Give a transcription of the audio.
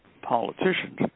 politicians